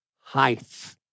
height